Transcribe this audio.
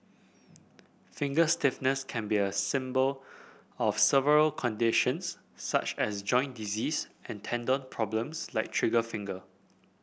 finger stiffness can be a symbol of several conditions such as joint disease and tendon problems like trigger finger